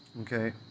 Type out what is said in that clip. okay